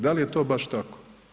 Da li je to baš tako?